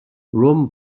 رُم